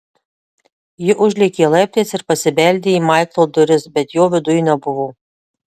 ji užlėkė laiptais ir pasibeldė į maiklo duris bet jo viduj nebuvo